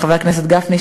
חבר הכנסת גפני,